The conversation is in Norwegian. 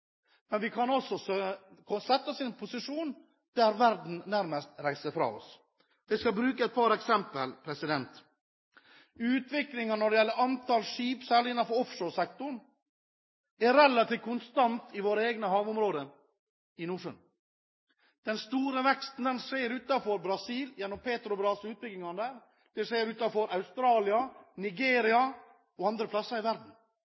Men vi kan også sette oss i en posisjon der verden nærmest reiser fra oss. Jeg skal bruke et par eksempler: Utviklingen når det gjelder antallet skip, særlig innenfor offshoresektoren, er relativt konstant i våre egne havområder, i Nordsjøen. Den store veksten skjer utenfor Brasil, gjennom Petrobras’ utbygginger der, det skjer utenfor Australia, Nigeria og andre plasser i verden.